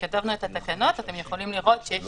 כשכתבנו את התקנות ניתן לראות שיש